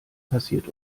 passiert